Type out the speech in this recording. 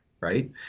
Right